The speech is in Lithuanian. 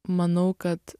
manau kad